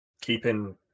Keeping